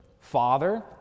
Father